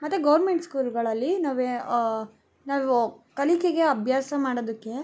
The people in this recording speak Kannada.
ಮತ್ತು ಗೌರ್ಮೆಂಟ್ ಸ್ಕೂಲ್ಗಳಲ್ಲಿ ನಾವೆ ನಾವು ಕಲಿಕೆಗೆ ಅಭ್ಯಾಸ ಮಾಡೋದಕ್ಕೆ